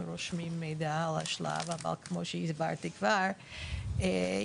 אנחנו רושמים מידע על השלב אבל כמו שהסברתי כבר בערך